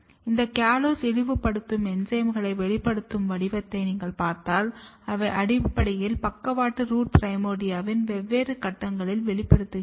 இந்த காலோஸ் இழிவுபடுத்தும் என்சைம்களின் வெளிப்பாடு வடிவத்தை நீங்கள் பார்த்தால் அவை அடிப்படையில் பக்கவாட்டு ரூட் ப்ரிமார்டியாவின் வெவ்வேறு கட்டங்களில் வெளிப்படுத்தப்படுகின்றன